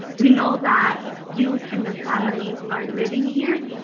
we know that youth and their families are living here,